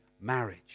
marriage